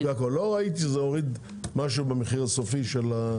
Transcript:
לא ראיתי שזה הוריד משהו במחיר לצרכן.